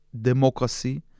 democracy